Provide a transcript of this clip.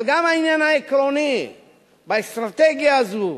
אבל גם העניין העקרוני באסטרטגיה הזו,